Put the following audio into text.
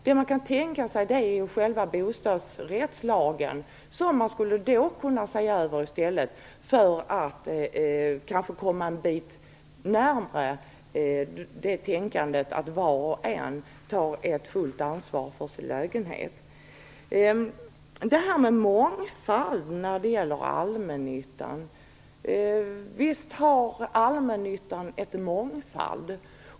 Det man kan tänka sig är själva bostadsrättslagen, som man skulle kunna se över för att kunna komma en bit närmre ett system där var och en tar fullt ansvar för sin egen lägenhet. Visst har allmännyttan en mångfald.